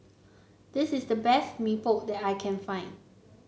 this is the best Mee Pok that I can find